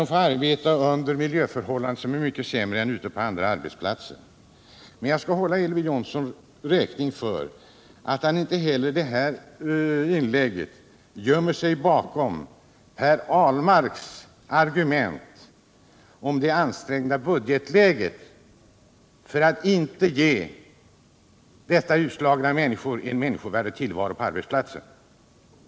De får arbeta i miljöer som är mycket sämre än de som finns ute på de vanliga arbetsplatserna. Jag vill dock hålla Elver Jonsson räkning för att han inte heller i sitt senaste inlägg gömde sig bakom Per Ahlmarks argument om det ansträngda budgetläget för att inte ge dessa utslagna människor en människovärdig tillvaro på arbetsplatserna.